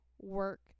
Work